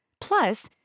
Plus